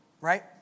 right